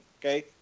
Okay